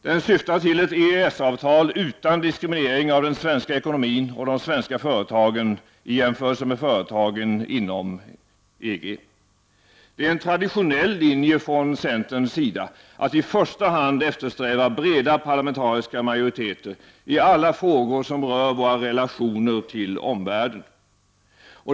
Den syftar till ett EES-avtal utan diskriminering av de svenska företagen jämfört med företagen inom EG. Det är en traditionell linje från centerns sida att i första hand eftersträva breda parlamentariska majoriteter i alla frågor som rör Sveriges relationer till omvärlden.